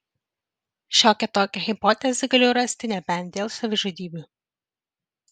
šiokią tokią hipotezę galiu rasti nebent dėl savižudybių